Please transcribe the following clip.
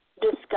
discuss